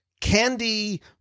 candy